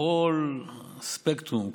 כל הספקטרום,